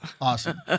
awesome